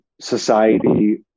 society